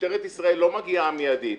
משטרת ישראל לא מגיעה מידית.